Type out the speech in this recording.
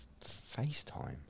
FaceTime